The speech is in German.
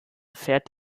fährt